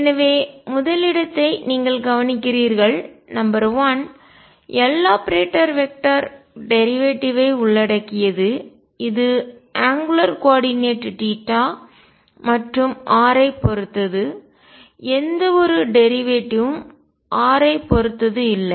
எனவே முதலிடத்தை நீங்கள் கவனிக்கிறீர்கள் நம்பர் 1 Loperator டேரிவேட்டிவ் ஐ வழித்தோன்றல் உள்ளடக்கியது இது அங்குலார் கோஆர்டினேட் θ மற்றும் r ஐப் பொறுத்தது எந்தவொரு டேரிவேட்டிவ் ம் வழித்தோன்றல் r பொறுத்தது இல்லை